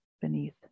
beneath